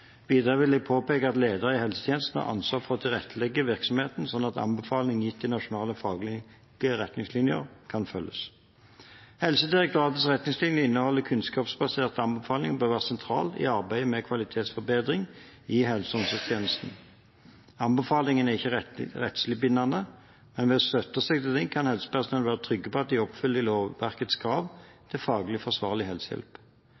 Videre vil jeg påpeke at ledere i helsetjenesten har ansvar for å tilrettelegge virksomheten slik at anbefalinger gitt i nasjonale faglige retningslinjer kan følges. Helsedirektoratets retningslinjer og innholdet i kunnskapsbaserte anbefalinger bør være sentrale i arbeidet med kvalitetsforbedring i helse- og omsorgstjenesten. Anbefalingene er ikke rettslig bindende, men ved å støtte seg til dem kan helsepersonell være trygge på at de oppfyller lovverkets krav til faglig forsvarlig helsehjelp.